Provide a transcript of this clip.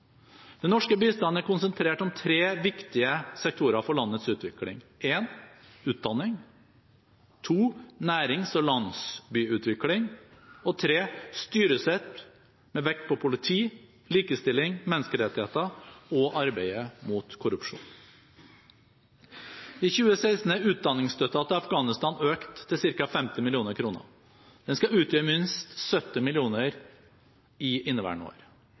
Den norske bistanden er konsentrert om tre viktige sektorer for landets utvikling, for det første utdanning, for det andre nærings- og landsbygdutvikling og for det tredje styresett med vekt på politi, likestilling, menneskerettigheter og arbeid mot korrupsjon. I 2016 er utdanningsstøtten til Afghanistan økt til ca. 50 mill. kr. Den skal utgjøre minst 70 mill. kr i inneværende år.